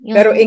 Pero